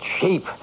cheap